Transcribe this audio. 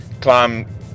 climb